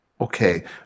Okay